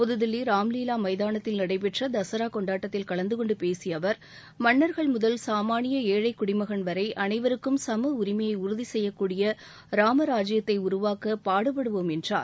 புதுதில்லி ராம்லீலா மைதானத்தில் நடைபெற்ற தசரா கொண்டாட்டத்தில் கலந்து கொண்டு பேசிய அவர் மன்னர்கள் முதல் சமானிய ஏழழக் குடிமகன் வரை அனைவருக்கம் சம உரிமையை உறுதி செய்யக்கூடிய ராம ராஜியத்தை உருவாக்க பாடுபடுவோம் என்றார்